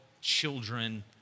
children